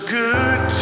good